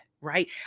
right